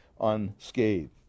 unscathed